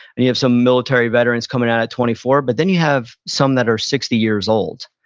and you have some military veterans come and out at twenty four. but then you have some that are sixty years old.